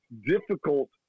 difficult